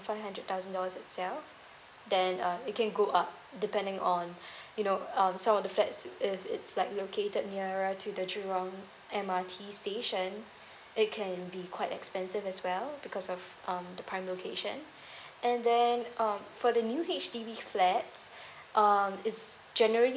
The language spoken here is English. five hundred thousand dollars itself then um it can go up depending on you know um some of the flats if it's like located nearer to the jurong M_R_T station it can be quite expensive as well because of um the prime location and then um for the new H_D_B flats um is generally